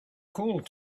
called